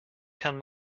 kann